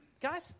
guys